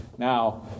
Now